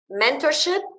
Mentorship